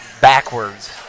backwards